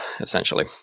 essentially